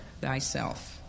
thyself